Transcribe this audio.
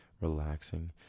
relaxing